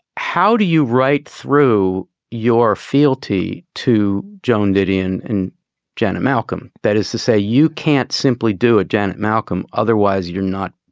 how do you write through your fealty to joan didion and janet malcom? that is to say, you can't simply do a janet malcolm. otherwise, you're not.